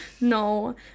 No